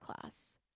class